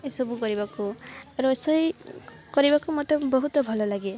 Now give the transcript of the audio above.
ଏସବୁ କରିବାକୁ ରୋଷେଇ କରିବାକୁ ମୋତେ ବହୁତ ଭଲଲାଗେ